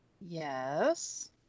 Yes